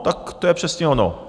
Tak to je přesně ono.